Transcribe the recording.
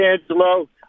Angelo